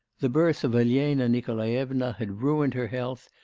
the birth of elena nikolaevna had ruined her health,